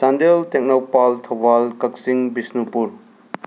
Chandel Tengnoupal Thoubal Kakching Bishnupur